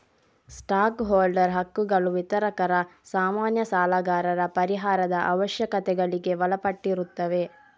stock holder ಹಕ್ಕುಗಳು ವಿತರಕರ, ಸಾಮಾನ್ಯ ಸಾಲಗಾರರ ಪರಿಹಾರದ ಅವಶ್ಯಕತೆಗಳಿಗೆ ಒಳಪಟ್ಟಿರುತ್ತವೆ